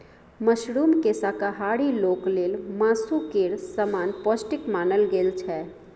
मशरूमकेँ शाकाहारी लोक लेल मासु केर समान पौष्टिक मानल गेल छै